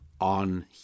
on